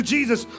Jesus